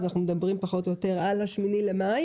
אז אנחנו מדברים פחות או יותר על ה-8 במאי